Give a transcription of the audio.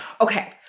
Okay